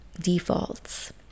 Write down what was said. defaults